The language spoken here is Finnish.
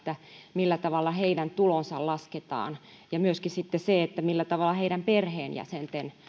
millä tavalla heidän tulonsa lasketaan ja myöskin sitten se millä tavalla heidän perheenjäsentensä